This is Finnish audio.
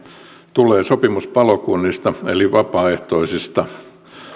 tulee sopimuspalokunnista eli vapaaehtoisista ja